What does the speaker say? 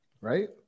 Right